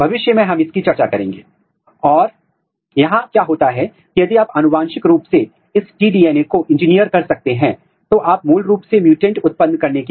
तो यह पहली बात बताएगा कि जहां कभी प्रमोटर गतिविधि है वह रिपोर्ट करेगा और दूसरी बात यह है कि आपके प्रोटीन का सबसेल्यूलर लोकलाइजेशन क्या है